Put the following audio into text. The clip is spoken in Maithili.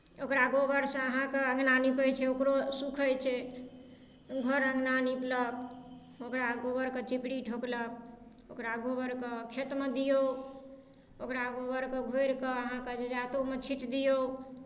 ओकरा गोबरसँ अहाँके अङ्गना निपय छै ओकरो सुख होइ छै घर अङ्गना निपलक ओकरा गोबरके चिपरी ठोकलक ओकरा गोबरके खेतमे दियौ ओकरा गोबरके घोरिकऽ अहाँके जजातोमे छिट दियौ